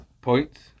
Points